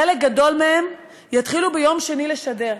חלק גדול מהם יתחילו ביום שני לשדר.